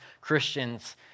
Christians